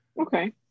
okay